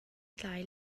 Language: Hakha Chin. tlai